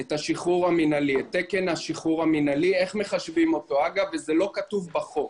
את תקן השחרור המינהלי, ואגב, זה לא כתוב בחוק.